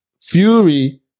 Fury